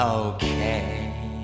okay